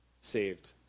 saved